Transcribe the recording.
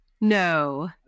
No